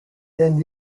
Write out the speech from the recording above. then